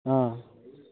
অঁ